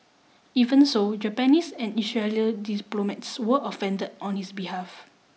even so Japanese and Israeli diplomats were offended on his behalf